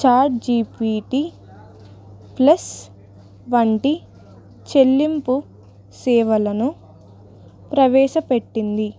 chat G P tea Plus వంటి చెల్లింపు సేవలను ప్రవేశపెట్టింది